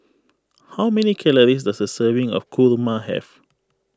how many calories does a serving of kurma have